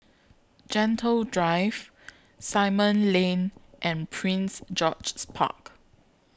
Gentle Drive Simon Lane and Prince George's Park